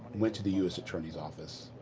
went to the u s. attorney's office.